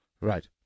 right